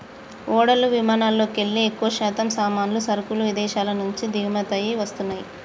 ఓడలు విమానాలల్లోకెల్లి ఎక్కువశాతం సామాన్లు, సరుకులు ఇదేశాల నుంచి దిగుమతయ్యి వస్తన్నయ్యి